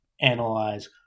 analyze